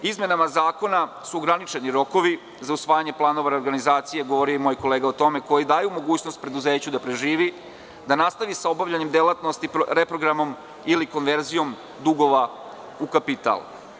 Izmenama zakona su ograničeni rokovi za usvajanje planova reorganizacije, govorio je moj kolega o tome, koji daju mogućnost preduzeću da preživi, da nastavi sa obavljanjem delatnosti, reprogramom ili konverzijom dugova u kapital.